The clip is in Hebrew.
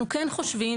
אנחנו חושבים,